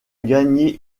gagner